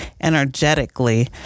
energetically